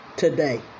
today